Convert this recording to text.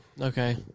Okay